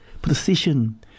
precision